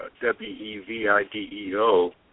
W-E-V-I-D-E-O